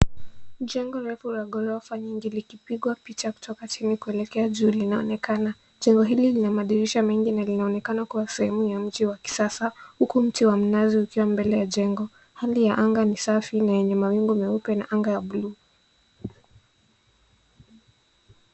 Jengo refu la ghorofa likipigwa pichwa kutoka chini kuelekea juu linaonekana. Jengo hili lina madirisha mengi na linaonekana kuwa sehemu ya mji wa kisasa huku mti wa mnazi ukiwa mbele ya jengo. Hali ya anga ni safi ya yenye mawingu meupe na anga ya buluu.